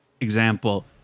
Example